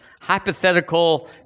hypothetical